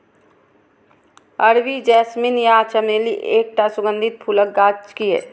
अरबी जैस्मीन या चमेली एकटा सुगंधित फूलक गाछ छियै